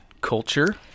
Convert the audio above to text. culture